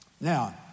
Now